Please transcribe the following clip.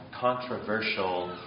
controversial